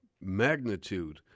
magnitude